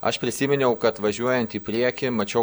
aš prisiminiau kad važiuojant į priekį mačiau